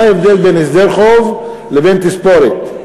מה ההבדל בין הסדר חוב לבין תספורת?